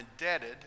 indebted